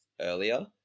earlier